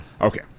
okay